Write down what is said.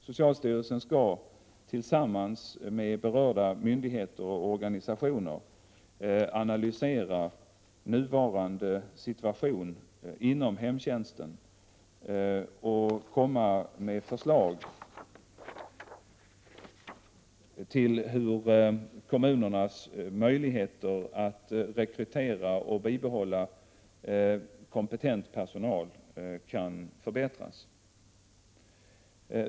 Socialstyrelsen skall tillsammans med berörda myndigheter och organisationer analysera nuvarande situation inom hemtjänsten och komma med förslag till hur kommunernas möjligheter att rekrytera och bibehålla kompetent personal kan förbättras.